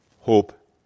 hope